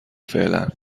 فعلا